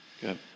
Good